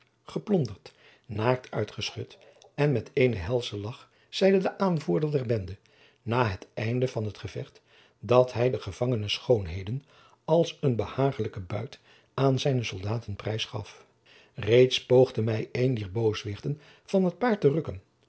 geplonderd naakt uitgeschud en met eenen helsche lagch zeide de aanvoerder der bende na het einde van het gevecht dat hij de gevangene schoonheden als een behagelijken buit aan zijne soldaten prijs gaf reeds poogde mij een dier booswichten van t paard te rukken